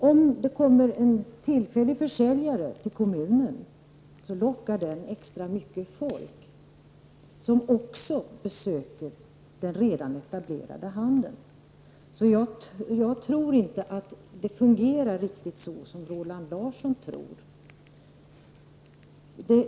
Om det kommer en tillfällig försäljare till den kommunen, lockar han extra mycket folk, som besöker även den redan etablerade handeln. Jag tror inte att det fungerar riktigt så som Roland Larsson tror.